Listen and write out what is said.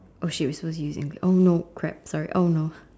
!oh-shit! we supposed to be using Engli~ oh no crap sorry oh no